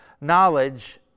knowledge